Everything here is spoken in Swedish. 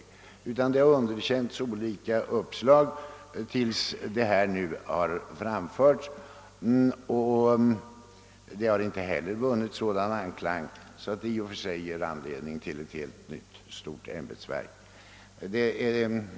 Olika uppslag har underkänts tills detta nu har framförts, och det har inte heller vunnit sådan anklang att det i och för sig ger anledning till ett helt nytt, stort ämbetsverk.